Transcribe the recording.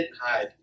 hide